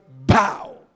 bow